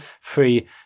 free